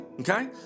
Okay